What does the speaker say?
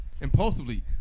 impulsively